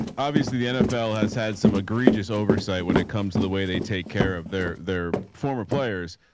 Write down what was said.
obviously the nfl has had some egregious oversight when it comes to the way they take care of their, their former players.